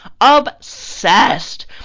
Obsessed